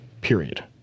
period